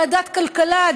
ועדת כלכלה,